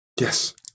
Yes